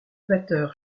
batteur